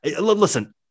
listen